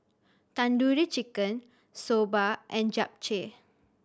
Tandoori Chicken Soba and Japchae